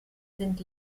sind